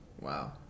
wow